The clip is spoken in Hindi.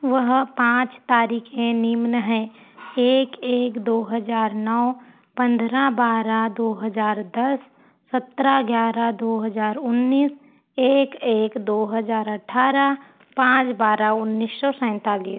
वह पाँच तारीखें निम्न हैं एक एक दो हज़ार नौ पंद्रह बारह दो हज़ार दस सत्रह ग्यारह दो हज़ार उन्नीस एक एक दो हज़ार अठरह पाँच बारह उन्नीस सौ सैंतालीस